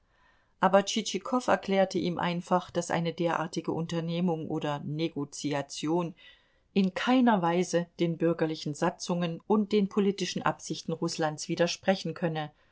aber tschitschikow erklärte ihm einfach daß eine derartige unternehmung oder negoziation in keiner weise den bürgerlichen satzungen und den politischen absichten rußlands widersprechen könne